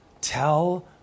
Tell